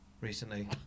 recently